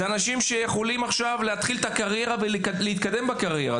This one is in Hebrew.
אלה אנשים שיכולים עכשיו להתחיל את הקריירה ולהתקדם בקריירה.